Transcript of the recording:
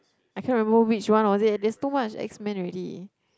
I cannot remember which one was it there's too much X Men already